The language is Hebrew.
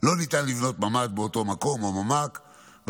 לא ניתן לבנות ממ"ד או ממ"ק באותו מקום,